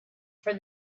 for